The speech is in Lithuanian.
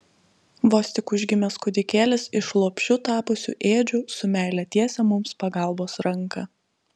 vos tik užgimęs kūdikėlis iš lopšiu tapusių ėdžių su meile tiesia mums pagalbos ranką